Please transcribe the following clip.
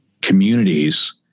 communities